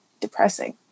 depressing